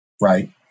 right